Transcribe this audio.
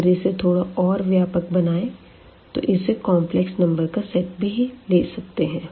अगर इसे थोड़ा और व्यापक बनाए तो इसे कॉम्प्लेक्स नम्बर का सेट भी ले सकते है